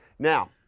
now,